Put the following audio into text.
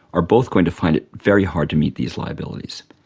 are both going to find it very hard to meet these liabilities.